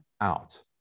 out